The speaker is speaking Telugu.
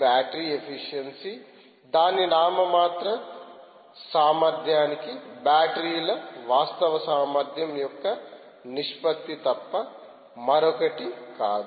బ్యాటరీ ఎఫిషియన్సీ దాని నామమాత్ర సామర్థ్యానికి బ్యాటరీల వాస్తవ సామర్థ్యం యొక్క నిష్పత్తి తప్ప మరొకటి కాదు